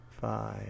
Five